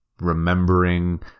remembering